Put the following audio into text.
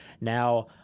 now